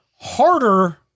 harder